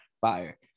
Fire